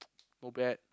go bad